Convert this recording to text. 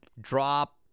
drop